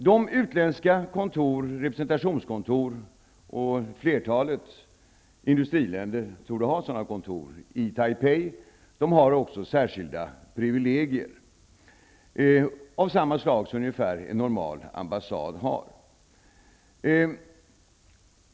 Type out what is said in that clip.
De utländska representationskontoren -- flertalet industriländer torde ha sådana kontor i Taipei -- har särskilda privilegier, av ungefär samma slag som en normal ambassad har.